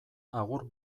agur